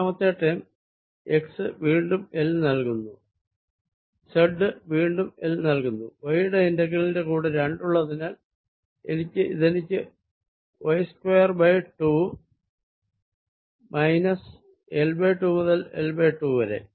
രണ്ടാമത്തെ term x വീണ്ടും L നൽകുന്നു z വീണ്ടും L നൽകുന്നു y യുടെ ഇന്റെഗ്രേലിന്റെ കൂടെ രണ്ട് ഉള്ളതിനാൽ ഇതെനിക്ക് y സ്ക്വയർ2 മൈനസ് L2 മുതൽ L2 വരെ